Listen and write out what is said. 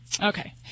okay